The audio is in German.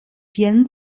jeden